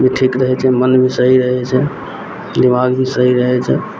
भी ठीक रहय छै मन भी सही रहय छै दिमाग भी सही रहय छै